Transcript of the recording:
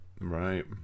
Right